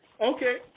Okay